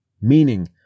meaning